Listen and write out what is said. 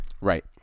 Right